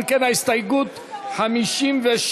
אם כן, ההסתייגות 57